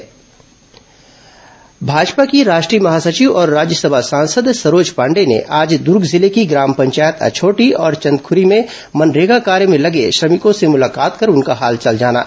corona Saroj Pandey BJP की राष्ट्रीय महासचिव और राज्यसभा सांसद सरोज पांडेय ने आज दूर्ग जिले की ग्राम पंचायत अछौटी चंदखुरी में मनरेगा कार्य में लगे श्रमिकों से मुलाकात कर उनका हालचाल जाना